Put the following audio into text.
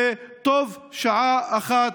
וטובה שעה אחת,